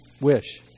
wish